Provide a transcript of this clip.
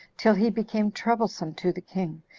till he became troublesome to the king,